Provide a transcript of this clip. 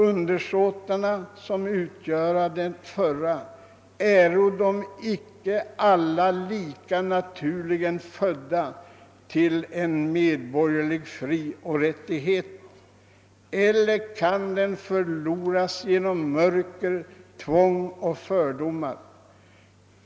Undersåtarna, som utgiöra det förra, äro de icke alla lika naturligen födda till en medborgerlig frioch rättighet, eller kan den förloras genom mörcker, tvång och fördomar?